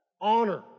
honor